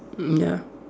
mm ya